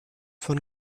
von